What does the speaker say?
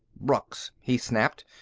brooks, he snapped,